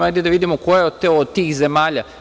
Hajde da vidimo koja je od tih zemalja.